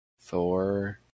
Thor